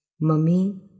Mummy